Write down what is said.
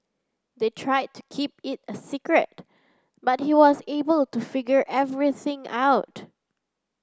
they try to keep it a secret but he was able to figure everything out